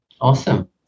Awesome